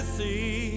see